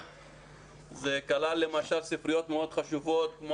זה כלל למשל ספריות מאוד חשובות כמו